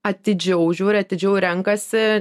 atidžiau žiūri atidžiau renkasi